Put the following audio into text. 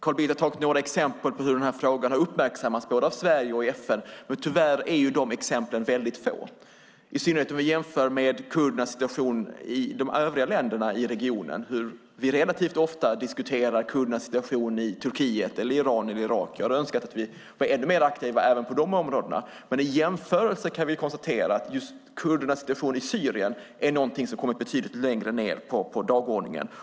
Carl Bildt gav några exempel på hur frågan har uppmärksammats av Sverige och FN, men exemplen är tyvärr få om vi jämför med kurdernas situation i de övriga länderna i regionen. Vi diskuterar relativt ofta kurdernas situation i Turkiet, Iran eller Irak. Jag önskar att vi vore ännu mer aktiva på de områdena, men om vi jämför kan vi konstatera att kurdernas situation i Syrien kommer betydligt längre ned på dagordningen.